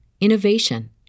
innovation